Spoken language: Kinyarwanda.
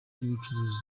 by’ubucuruzi